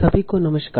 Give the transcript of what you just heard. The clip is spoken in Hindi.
सभी को नमस्कार